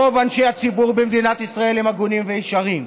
רוב אנשי הציבור במדינת ישראל הם הגונים וישרים.